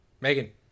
megan